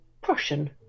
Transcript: Prussian